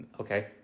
okay